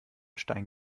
stein